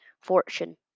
Fortune